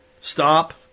Stop